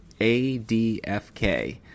ADFK